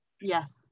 Yes